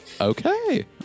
Okay